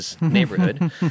Neighborhood